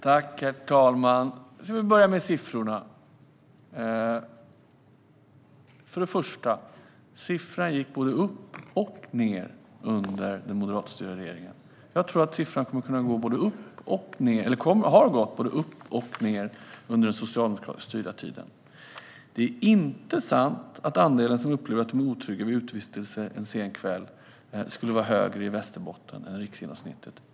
Fru ålderspresident! Vi börjar med siffrorna. Först och främst gick siffrorna både upp och ned under den moderatstyrda regeringens tid, och de har gått både upp och ned under den socialdemokratiskt styrda tiden. Det är inte sant att andelen som upplever att de är otrygga vid utevistelse en sen kväll skulle vara högre i Västerbotten än riksgenomsnittet.